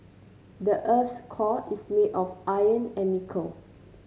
the earth's core is made of iron and nickel